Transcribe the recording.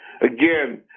again